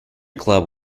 club